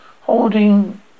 holding